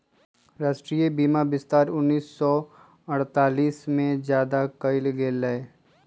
राष्ट्रीय बीमा विस्तार उन्नीस सौ अडतालीस में ज्यादा कइल गई लय